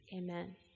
Amen